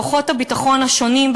כוחות הביטחון השונים,